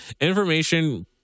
information